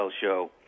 show